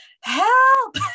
help